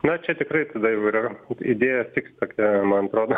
na čia tikrai tada jau yra idėja fikd tokia man atrodo